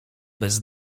bez